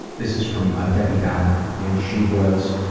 this is from ah debbie downer and she was,